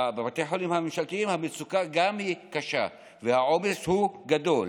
בבתי החולים הממשלתיים המצוקה גם היא קשה והעומס הוא גדול.